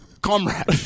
Comrade